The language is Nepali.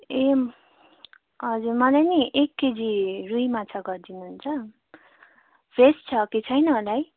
ए हजुर मलाई नि एक केजी रुई माछा गरिदिनु हुन्छ फ्रेस छ कि छैन होला है